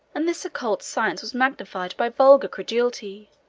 and this occult science was magnified by vulgar credulity,